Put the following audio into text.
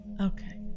Okay